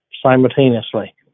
Simultaneously